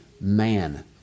man